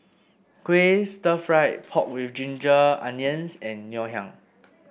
Kuih Stir Fried Pork with Ginger Onions and Ngoh Hiang